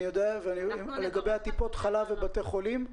את יכולה להתייחס ולומר לגבי טיפות חלב ובתי חולים,